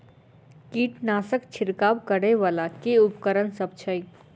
कीटनासक छिरकाब करै वला केँ उपकरण सब छै?